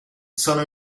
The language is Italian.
sono